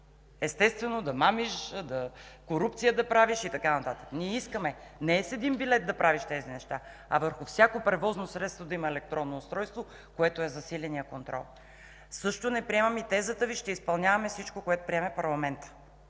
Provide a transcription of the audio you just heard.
естествено, да мамиш, да правиш корупция и така нататък. Ние искаме не с един билет да правиш тези неща, а върху всяко превозно средство да има електронно устройство, което е засиленият контрол. Не приемам също и тезата Ви: „Ще изпълняваме всичко, което приеме парламентът”.